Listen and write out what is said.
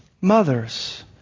mothers